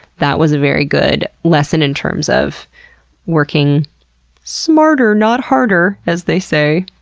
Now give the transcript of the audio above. that was a very good lesson in terms of working smarter not harder, as they say.